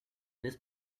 this